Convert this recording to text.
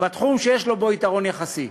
בתחום שיש לו בו יתרון יחסי.